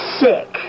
sick